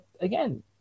again